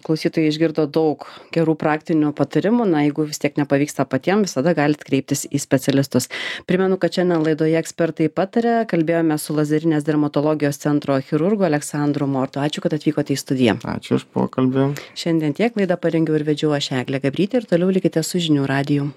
klausytojai išgirdo daug gerų praktinių patarimų na jeigu vis tiek nepavyksta patiem visada galit kreiptis į specialistus primenu kad šiandien laidoje ekspertai pataria kalbėjomės su lazerinės dermatologijos centro chirurgu aleksandru mordu ačiū kad atvykot į studiją ačiū už pokalbį šiandien tiek laida parengiau ir vedžiau aš eglė gabrytė ir toliau likite su žinių radiju